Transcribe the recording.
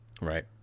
right